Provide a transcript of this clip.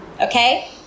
Okay